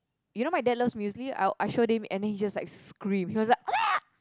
you know my dad's loves muesli I I sure that and then it was just like scream it was like